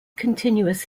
continuous